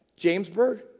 Jamesburg